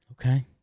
Okay